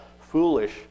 foolish